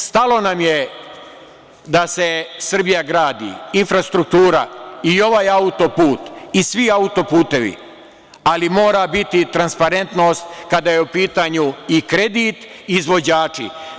Stalo nam je da se Srbija gradi, infrastruktura i ovaj autoput i svi autoputevi, ali mora biti transparentnost kada je u pitanju i kredit i izvođači.